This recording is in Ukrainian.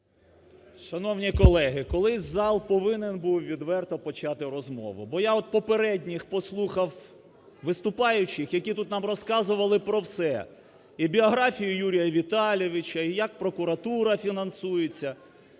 Шановні колеги, колись зал повинен був відверто почати розмову. Бо я от попередніх послухав виступаючих, які тут нам розказували про все: і біографію Юрія Віталійовича, і як прокуратура фінансується